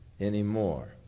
Anymore